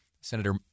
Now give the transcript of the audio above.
Senator